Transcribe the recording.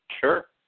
Sure